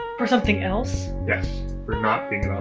for something else? yes. for not being